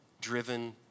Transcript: driven